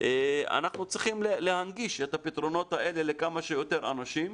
ואנחנו צריכים להנגיש את הפתרונות האלה לכמה שיותר אנשים